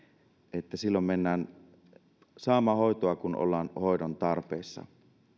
että silloin mennään saamaan hoitoa kun ollaan hoidon tarpeessa